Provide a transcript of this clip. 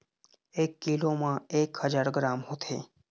एक कीलो म एक हजार ग्राम होथे